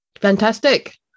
Fantastic